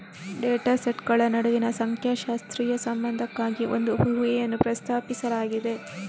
data ಸೆಟ್ಗಳ ನಡುವಿನ ಸಂಖ್ಯಾಶಾಸ್ತ್ರೀಯ ಸಂಬಂಧಕ್ಕಾಗಿ ಒಂದು ಊಹೆಯನ್ನು ಪ್ರಸ್ತಾಪಿಸಲಾಗಿದೆ